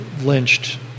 lynched